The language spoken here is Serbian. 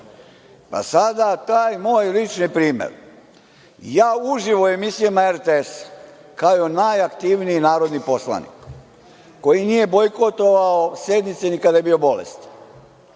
RTS.Sada taj moj lični primer. Ja uživo u emisijama RTS, kao najaktivniji narodni poslanik, koji nije bojkotovao sednice ni kada je bio bolestan,